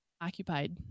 occupied